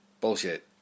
Bullshit